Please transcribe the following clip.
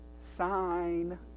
sign